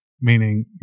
Meaning